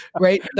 right